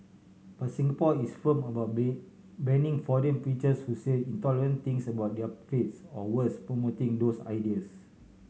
but Singapore is firm about ban banning foreign preachers who say intolerant things about other faiths or worse promoting those ideas